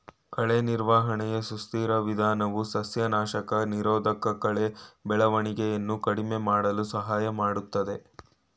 ಕಳೆ ನಿರ್ವಹಣೆಯ ಸುಸ್ಥಿರ ವಿಧಾನವು ಸಸ್ಯನಾಶಕ ನಿರೋಧಕಕಳೆ ಬೆಳವಣಿಗೆಯನ್ನು ಕಡಿಮೆ ಮಾಡಲು ಸಹಾಯ ಮಾಡ್ತದೆ